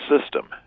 system